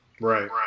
Right